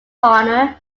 honour